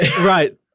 Right